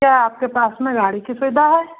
क्या आपके पास में गाड़ी की सुविधा है